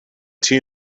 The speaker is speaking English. tina